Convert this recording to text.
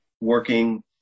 working